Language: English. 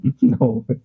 No